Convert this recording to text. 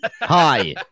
Hi